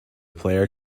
player